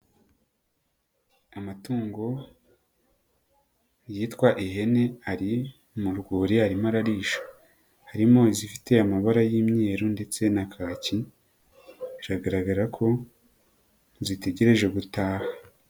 Amatungo yitwa ihene ari mu rwuri arimo ararisha harimo izifite amabara y'imyeru ndetse na kaki, biragaragara ko zitegereje gutaha.